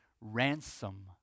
ransom